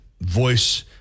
voice